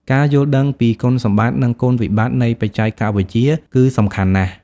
ការយល់ដឹងពីគុណសម្បត្តិនិងគុណវិបត្តិនៃបច្ចេកវិទ្យាគឺសំខាន់ណាស់។